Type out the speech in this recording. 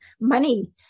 money